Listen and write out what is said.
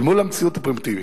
אל מול המציאות הוא פרימיטיבי,